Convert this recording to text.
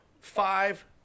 five